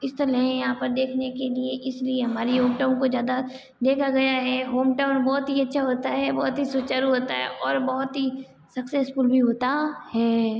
स्थल हैं यहाँ पर देखने के लिए इसलिए हमारी होम टाउन को ज़्यादा देखा गया है होम टाउन बहुत ही अच्छा होता है बहुत ही सुचारु होता है और बहुत ही सक्सेसफुल भी होता है